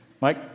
Mike